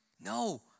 No